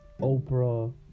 oprah